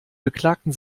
beklagten